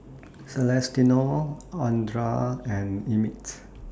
Celestino Audra and Emmitt